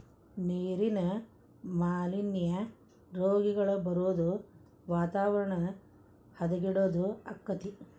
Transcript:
ನೇರಿನ ಮಾಲಿನ್ಯಾ, ರೋಗಗಳ ಬರುದು ವಾತಾವರಣ ಹದಗೆಡುದು ಅಕ್ಕತಿ